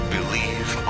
Believe